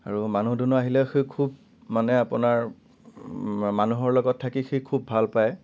আৰু মানুহ দুনুহ আহিলে সি খুব মানে আপোনাৰ মানুহৰ লগত থাকি সি খুব ভাল পায়